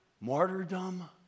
martyrdom